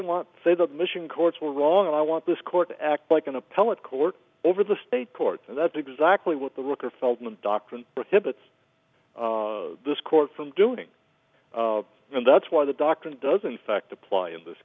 want to say the michigan courts were wrong and i want this court to act like an appellate court over the state courts and that's exactly what the worker feldman doctrine prohibits this court from doing and that's why the doctrine doesn't effect apply in this